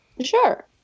Sure